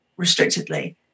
restrictedly